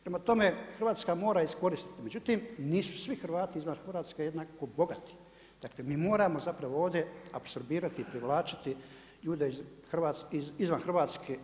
Prema tome, Hrvatska mora iskoristiti, međutim nisu svi Hrvati izvan Hrvatske jednako bogati, dakle mi moramo zapravo ovdje apsorbirati i privlačiti ljude izvan Hrvatske.